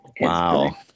wow